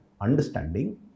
understanding